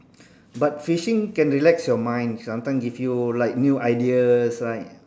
but fishing can relax your mind sometime give you like new ideas like